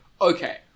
Okay